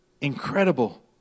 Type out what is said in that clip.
incredible